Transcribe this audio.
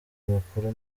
amakuru